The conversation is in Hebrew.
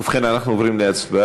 ובכן, אנחנו עוברים להצבעה.